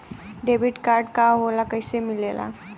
Debit card का होला कैसे मिलेला?